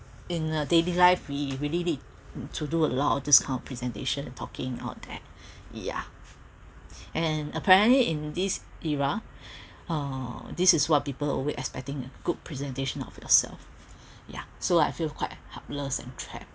in the daily life we really need to do a lot of this kind of presentation or talking out there ya and apparently in this era uh this is what people always expecting good presentation of yourself ya so I feel quite helpless and trapped